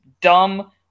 dumb